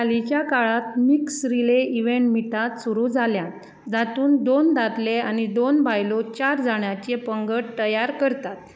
हालीच्या काळांत mix relay event मीटात सुरू जाल्यात जातूंत दोन दादले आनी दोन बायलो चार जाणांचे पंगड तयार करतात